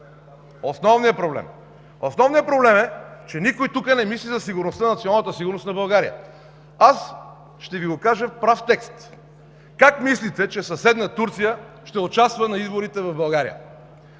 Основният проблем е, че никой тук не мисли за националната сигурност на България. Ще Ви го кажа в прав текст. Как мислите, че съседна Турция ще участва на изборите в България?